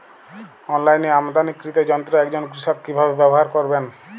অনলাইনে আমদানীকৃত যন্ত্র একজন কৃষক কিভাবে ব্যবহার করবেন?